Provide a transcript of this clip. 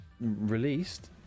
Released